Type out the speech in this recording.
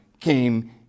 came